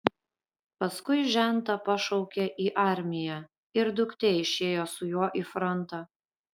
paskui žentą pašaukė į armiją ir duktė išėjo su juo į frontą